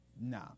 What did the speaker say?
nah